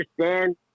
understand